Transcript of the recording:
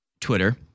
Twitter